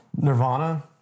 Nirvana